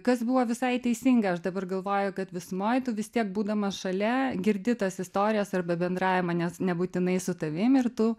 kas buvo visai teisinga aš dabar galvoju kad visumoj tu vis tiek būdamas šalia girdi tas istorijas arba bendravimą nes nebūtinai su tavim ir tu